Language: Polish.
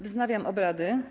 Wznawiam obrady.